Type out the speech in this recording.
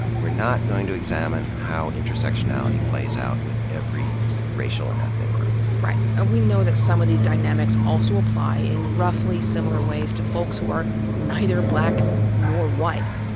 ah we are not going to examine how intersectionality plays out with every racial and ethnic group. right. ah we know that some of these dynamics also apply, in roughly similar ways, to folks who are neither black nor white.